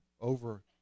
over